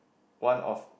one of